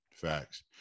Facts